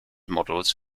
models